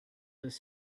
his